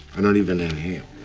i don't even inhale